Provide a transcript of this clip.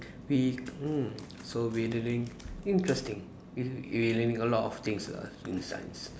we mm so we learning interesting we l~ we learning a lot of things ah in science